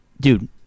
dude